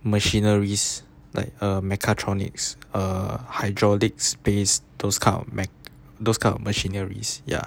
machineries like uh mechatronics uh hydraulic space those kind of those kind of machineries ya